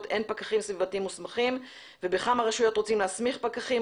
אין פקחים סביבתיים מוסמכים ובכמה רשויות רוצים להסמיך פקחים,